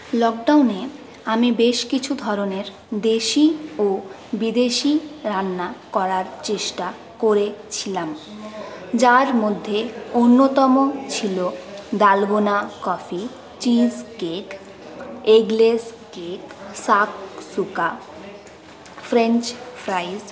লকডাউনে আমি বেশ কিছু ধরনের দেশী ও বিদেশী রান্না করার চেষ্টা করেছিলাম যার মধ্যে অন্যতম ছিল dalgona coffee cheesecake eggless cake shakshuka French fries